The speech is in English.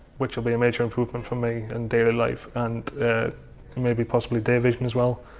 which will be a major improvement for me in daily life and maybe possibly day vision as well,